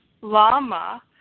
lama